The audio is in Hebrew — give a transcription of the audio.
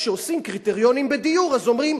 כשעושים קריטריונים בדיור אז אומרים,